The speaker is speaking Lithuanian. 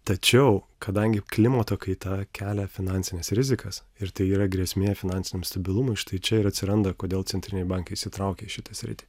tačiau kadangi klimato kaita kelia finansines rizikas ir tai yra grėsmė finansiniam stabilumui štai čia ir atsiranda kodėl centriniai bankai įsitraukia į šitą sritį